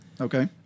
Okay